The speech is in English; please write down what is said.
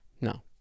no